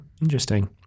Interesting